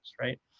right